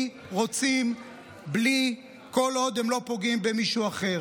רוצים כל עוד הם לא פוגעים במישהו אחר.